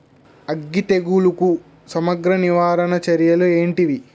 అగ్గి తెగులుకు సమగ్ర నివారణ చర్యలు ఏంటివి?